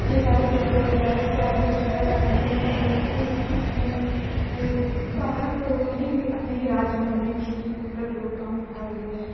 ये सारे प्रतियोगिता है क्या है जो अपने अपने बाहर तो नहीं लेकिन अपने ही राज्य में हमने प्रतियोगिताओं में भाग लिया है